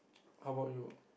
how about you